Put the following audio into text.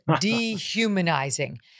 dehumanizing